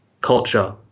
culture